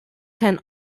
can